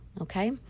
okay